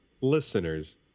listeners